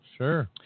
Sure